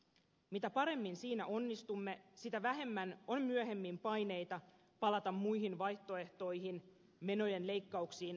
mitä paremmin siinä onnistumme sitä vähemmän on myöhemmin paineita palata muihin vaihtoehtoihin menojen leikkauksiin tai veronkorotuksiin